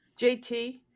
JT